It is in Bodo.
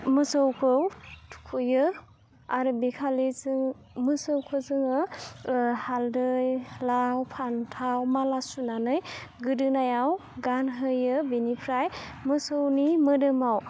मोसौखौ थुखैयो आरो बेखालि जों मोसौखौ जोङो हालदै लाव फान्थाव माला सुनानै गोदोनायाव गानहोयो बेनिफ्राय मोसौनि मोदोमाव